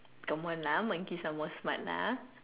come on lah monkeys are more smart lah